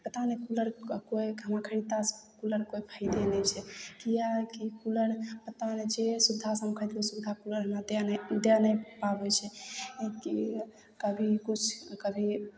पता नहि कूलर कोइ हमरा खरीदलासऽ कूलर कोइ फायदे नै छै कियाकि कूलर पता नहि जे सुविधासँ खरिदलियै कूलर दए नहि पाबय छै कि कभी किछु कभी